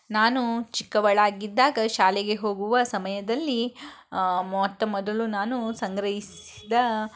ನಾನು ಚಿಕ್ಕವಳಾಗಿದ್ದಾಗ ಶಾಲೆಗೆ ಹೋಗುವ ಸಮಯದಲ್ಲಿ ಮೊತ್ತ ಮೊದಲು ನಾನು ಸಂಗ್ರಹಿಸಿದ